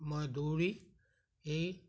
মই দৌৰি